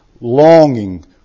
Longing